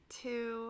two